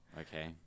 Okay